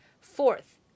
Fourth